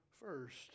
first